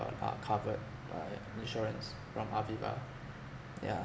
are covered by insurance from AVIVA yeah